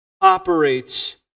operates